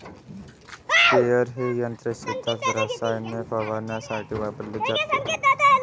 sprayer हे यंत्र शेतात रसायने फवारण्यासाठी वापरले जाते